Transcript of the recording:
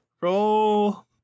Roll